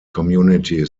community